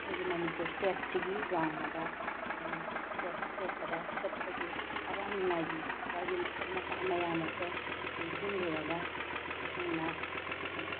ꯑꯩꯈꯣꯏꯒꯤ ꯃꯅꯤꯄꯨꯔ ꯏꯁꯇꯦꯠꯁꯤꯒꯤ ꯋꯥꯡꯃꯗ ꯏꯁꯇꯦꯠ ꯑꯇꯣꯞꯄꯗ ꯆꯠꯄꯒꯤ ꯑꯋꯥ ꯅꯨꯡꯉꯥꯏꯒꯤ ꯋꯥꯔꯤ ꯃꯈꯜ ꯃꯈꯥ ꯃꯌꯥꯝ ꯑꯁꯦ ꯅꯤꯡꯁꯤꯡꯂꯨꯔꯒ ꯇꯁꯦꯡꯅ